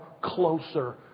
closer